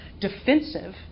Defensive